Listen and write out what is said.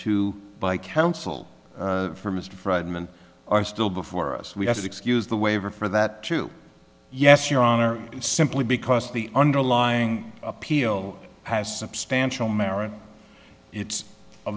by counsel for mr freidman are still before us we have to excuse the waiver for that to yes your honor simply because the underlying appeal has substantial merit it's a